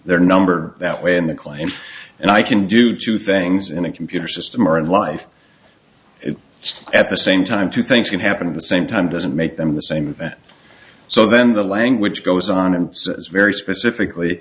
there number that when the claim and i can do two things in a computer system or in life it at the same time two things can happen at the same time doesn't make them the same event so then the language goes on and very specifically